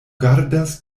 gardas